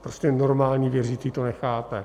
Prostě normální věřící to nechápe.